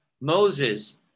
Moses